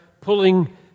pulling